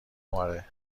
آره